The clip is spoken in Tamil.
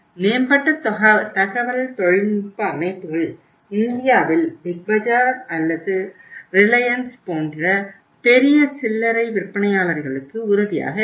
மேம்பட்ட தகவல் தொழில்நுட்ப அமைப்புகள் இந்தியாவில் பிக் பஜார் அல்லது ரிலையன்ஸ் போன்ற பெரிய சில்லறை விற்பனையாளர்களுக்கு உதவியாக இருக்கும்